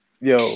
Yo